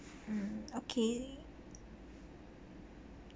mm okay